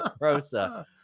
Rosa